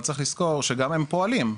אבל צריך לזכור שגם הם פועלים,